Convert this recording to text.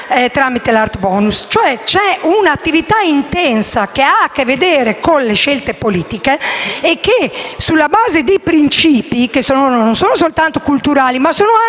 tramite l'*art bonus*. È un'attività intensa che ha a che fare con le scelte politiche sulla base di principi non sono soltanto culturali, ma anche